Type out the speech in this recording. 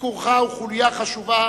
ביקורך הוא חוליה חשובה